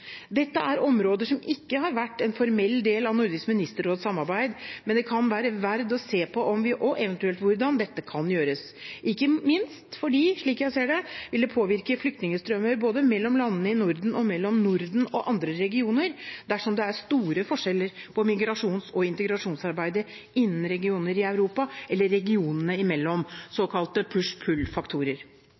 Dette er områder som ikke har vært en formell del av Nordisk ministerråds samarbeid, men det kan være verdt å se på om og eventuelt hvordan dette kan gjøres, ikke minst fordi – slik jeg ser det – det vil påvirke flyktningstrømmer både mellom landene i Norden og mellom Norden og andre regioner dersom det er store forskjeller på migrasjons- og integrasjonsarbeidet innen regioner i Europa eller regionene imellom – såkalte